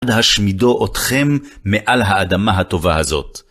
בהשמידו אתכם מעל האדמה הטובה הזאת.